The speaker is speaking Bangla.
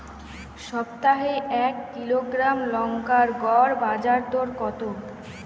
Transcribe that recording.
সপ্তাহে এক কিলোগ্রাম লঙ্কার গড় বাজার দর কতো?